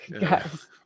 Yes